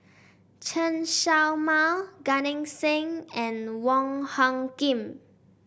Chen Show Mao Gan Eng Seng and Wong Hung Khim